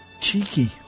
Cheeky